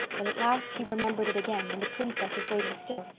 but at last he remembered it again and the princess is waiting still.